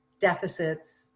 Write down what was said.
deficits